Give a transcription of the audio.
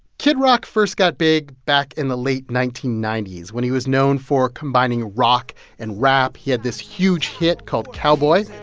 kid rock first got big back in the late nineteen ninety s, when he was known for combining rock and rap. he had this huge hit called cowboy.